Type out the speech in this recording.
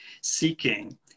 seeking